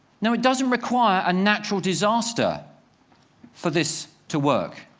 now, it doesn't require a natural disaster for this to work.